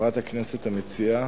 חברת הכנסת המציעה,